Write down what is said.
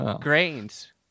grains